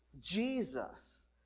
jesus